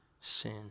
sin